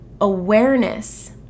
awareness